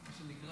ההצעה להעביר